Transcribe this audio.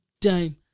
time